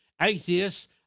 atheists